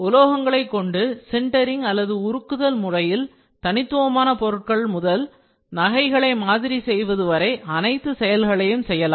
உலோகங்களை கொண்டு சிண்டரிங் அல்லது உருக்குதல் முறையில் தனித்துவமான பொருட்கள் முதல் நகைகளை மாதிரி செய்வது வரை அனைத்து செயல்களையும் செய்யலாம்